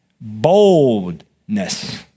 Boldness